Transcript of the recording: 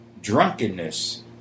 drunkenness